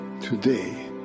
today